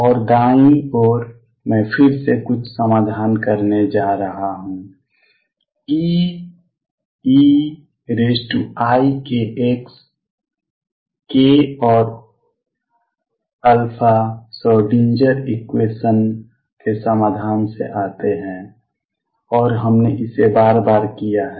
और दाईं ओर मैं फिर से कुछ समाधान करने जा रहा हूँ E eikx k और α श्रोडिंगर एक्वेशन Schrödinger equation के समाधान से आते हैं और हमने इसे बार बार किया है